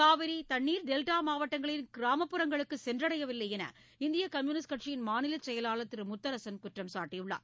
காவிரிகண்ணீர் டெல்டாமாவட்டங்களின் கிராமப்புறங்களுக்குசென்றடையவில்லைஎன்று இந்தியகம்யூனிஸ்ட் கட்சியின் மாநிலசெயலாளர் திருமுத்தரசன் குற்றம் சாட்டியுள்ளார்